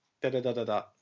da-da-da-da-da